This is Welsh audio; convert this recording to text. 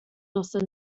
noson